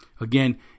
Again